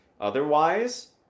Otherwise